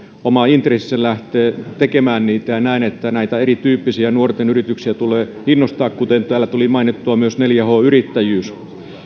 oma intressinsä lähteä tekemään niitä ja näen että näitä erityyppisiä nuorten yrityksiä tulee innostaa kuten täällä tuli mainittua myös neljä h yrittäjyys